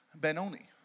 Benoni